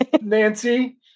Nancy